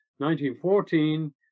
1914